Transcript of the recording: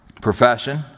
profession